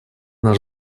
наш